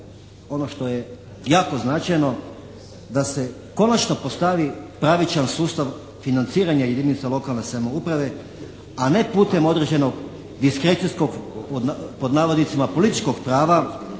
ono što je jako značajno da se konačno postavi pravičan sustav financiranja jedinica lokalne samouprave a ne putem određenog diskrecijskog "političkog prava"